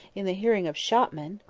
in the hearing of shopmen!